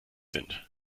sind